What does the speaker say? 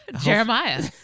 Jeremiah